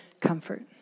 comfort